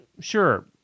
sure